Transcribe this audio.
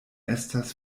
estas